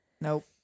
nope